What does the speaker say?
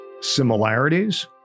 similarities